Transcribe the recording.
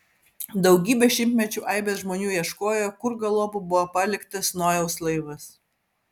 daugybę šimtmečių aibės žmonių ieškojo kur galop buvo paliktas nojaus laivas